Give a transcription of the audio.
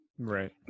Right